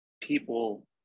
people